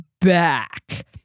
back